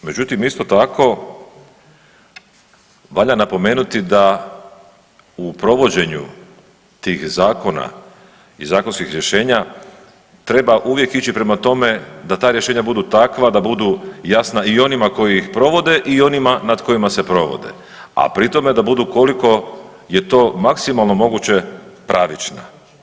Međutim, isto tako valja napomenuti da u provođenju tih zakona i zakonskih rješenja treba uvijek ići prema tome, da ta rješenja budu takva, da budu jasna i onima koji ih provode i onima nad kojima se provode, a pri tome da budu koliko je to maksimalno moguće pravična.